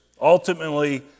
Ultimately